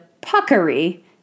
puckery